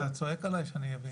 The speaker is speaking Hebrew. אתה צועק עליי, שאני אבין.